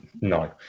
No